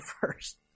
first